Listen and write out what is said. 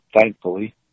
thankfully